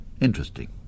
Interesting